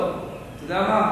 טוב, אתה יודע מה?